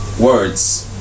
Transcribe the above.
words